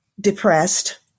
depressed